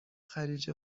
خلیج